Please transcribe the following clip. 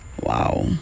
Wow